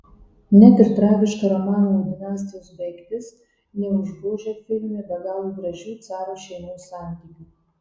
net ir tragiška romanovų dinastijos baigtis neužgožia filme be galo gražių caro šeimos santykių